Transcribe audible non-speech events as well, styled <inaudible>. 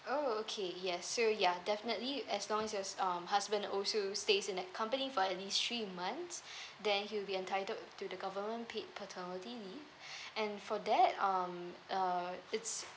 oh okay yes so ya definitely as long as your um husband also stays in the company for at least three months <breath> then he will be entitled to the government paid paternity leave <breath> and for that um uh it's